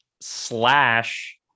slash